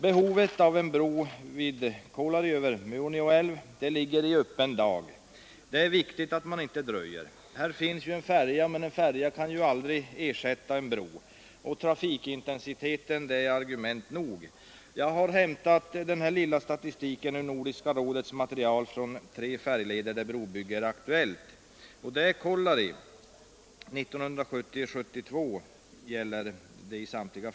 Behovet av en bro över Muonio älv vid Kolari ligger i öppen dag. Det är viktigt att man inte dröjer. En färja finns, men en sådan kan aldrig ersätta en bro. Trafikintensiteten är ett argument nog. Jag har hämtat en liten statistik från Nordiska rådets material beträffande tre färjeleder där brobyggen är aktuella. Uppgifterna gäller i samtliga fall 1970 och 1972.